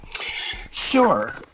Sure